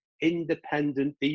independent